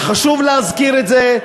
חשוב להזכיר את זה,